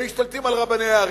הם משתלטים על רבני ערים.